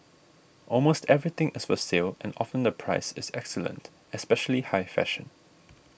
almost everything is for sale and often the price is excellent especially high fashion